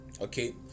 Okay